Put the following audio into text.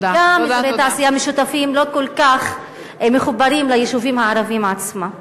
גם אזורי תעשייה משותפים לא כל כך מחוברים ליישובים הערביים עצמם.